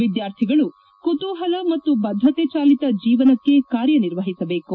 ವಿದ್ಲಾರ್ಥಿಗಳು ಕುತೂಹಲ ಮತ್ತು ಬದ್ದತೆ ಚಾಲಿತ ಜೀವನಕ್ಕೆ ಕಾರ್ಯನಿರ್ವಹಿಸಬೇಕು